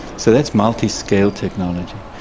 so that's multiscale technology.